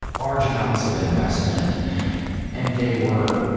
large amounts of investment and they were,